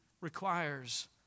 requires